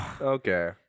Okay